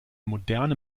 moderne